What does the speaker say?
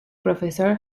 profesor